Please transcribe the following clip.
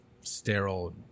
sterile